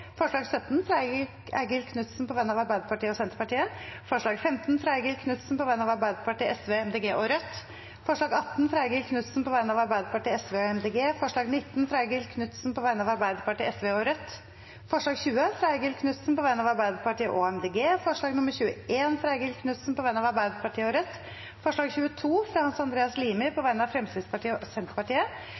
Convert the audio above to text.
forslag nr. 17, fra Eigil Knutsen på vegne av Arbeiderpartiet og Senterpartiet forslag nr. 15, fra Eigil Knutsen på vegne av Arbeiderpartiet, Sosialistisk Venstreparti, Miljøpartiet De Grønne og Rødt forslag nr. 18, fra Eigil Knutsen på vegne av Arbeiderpartiet, Sosialistisk Venstreparti og Miljøpartiet De Grønne forslag nr. 19, fra Eigil Knutsen på vegne av Arbeiderpartiet, Sosialistisk Venstreparti og Rødt forslag nr. 20, fra Eigil Knutsen på vegne av Arbeiderpartiet og Miljøpartiet De Grønne forslag nr. 21, fra Eigil Knutsen på vegne av Arbeiderpartiet og Rødt forslag nr. 22, fra Hans Andreas Limi på vegne av